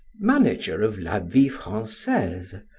manager of la vie francaise,